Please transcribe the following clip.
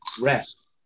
rest